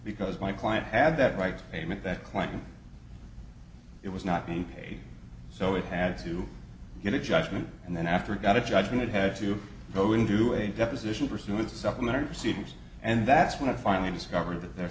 because my client add that right payment that client it was not being paid so it had to get a judgment and then after got a judgment it had to go into a deposition pursue it supplementary proceedings and that's when it finally discovered that the